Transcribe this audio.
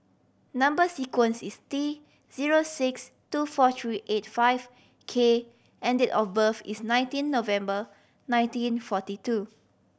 number sequence is T zero six two four three eight five K and date of birth is nineteen November nineteen forty two